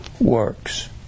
works